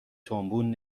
تومبون